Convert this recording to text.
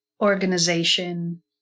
organization